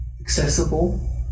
accessible